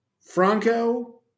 Franco